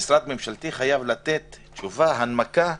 משרד ממשלתי חייב לתת תשובה, הנמקה,